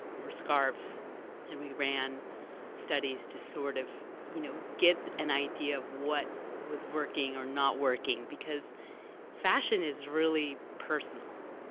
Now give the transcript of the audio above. or scarves and we ran studies to sort of you know get an idea of what was working or not working, because fashion is really personal,